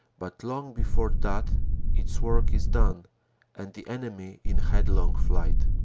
but long before that its work is done and the enemy in headlong flight.